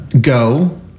go